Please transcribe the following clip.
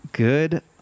Good